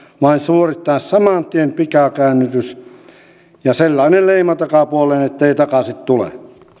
vaan suorittaa saman tien pikakäännytys ja sellainen leima takapuoleen ettei takaisin tule